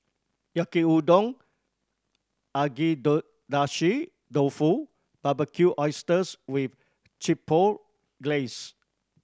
Yaki Udon dofu and Barbecued Oysters with Chipotle Glaze